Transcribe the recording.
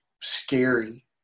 scary